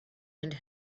and